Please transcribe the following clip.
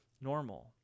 normal